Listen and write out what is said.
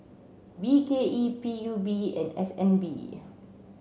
B K E P U B and S N B